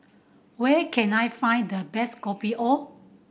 where can I find the best Kopi O